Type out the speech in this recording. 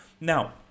Now